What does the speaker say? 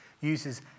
uses